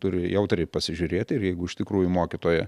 turi jautriai pasižiūrėti ir jeigu iš tikrųjų mokytoja